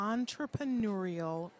Entrepreneurial